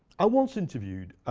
i once interviewed